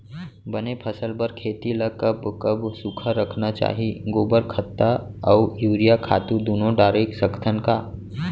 बने फसल बर खेती ल कब कब सूखा रखना चाही, गोबर खत्ता और यूरिया खातू दूनो डारे सकथन का?